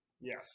Yes